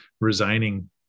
resigning